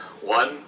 one